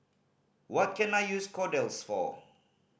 what can I use Kordel's for